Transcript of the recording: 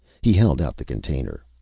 he held out the container.